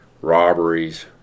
robberies